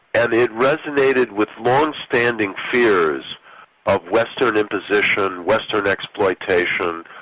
and it resonated with longstanding fears of western imposition, western exploitation,